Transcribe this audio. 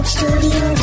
Studio